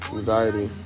Anxiety